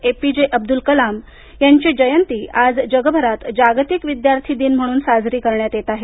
APJ Abdul Kalam यांची जयंती आज जगभरात जागतिक विद्यार्थी दिन म्हणून साजरी करण्यात येत आहे